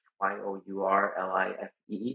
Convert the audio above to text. Y-O-U-R-L-I-F-E